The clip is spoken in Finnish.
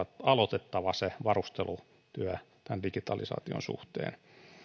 aloitettava se varustelutyö tämän digitalisaation suhteen